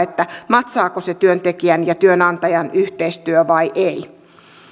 natsaako se työntekijän ja työnantajan yhteistyö vai ei